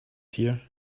here